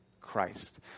Christ